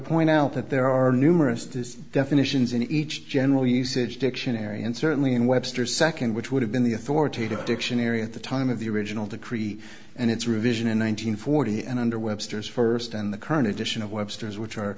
point out that there are numerous this definitions in each general usage dictionary and certainly in webster's second which would have been the authoritative dictionary at the time of the original to create and its revision in one nine hundred forty and under webster's first and the current edition of webster's which are